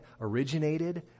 originated